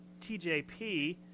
TJP